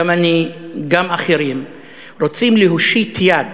גם אני וגם אחרים רוצים להושיט יד